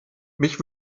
mich